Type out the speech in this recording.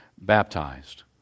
baptized